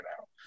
out